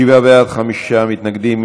שבעה בעד, חמישה מתנגדים.